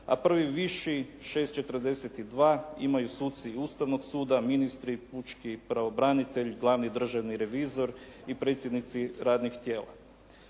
a prvo viši 6,42 imaju suci Ustavnog suda, ministri, pučki pravobranitelj, glavni državni revizor i predsjednici radnih tijela.